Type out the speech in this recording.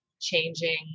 changing